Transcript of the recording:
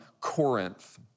Corinth